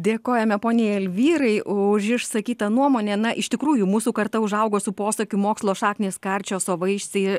dėkojame poniai elvyrai už išsakytą nuomonę na iš tikrųjų mūsų karta užaugo su posakiu mokslo šaknys karčios o vaisiai